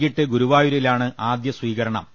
വൈകിട്ട് ഗുരുവായൂരിലാണ് ആദ്യ സ്വീകര ണം